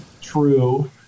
true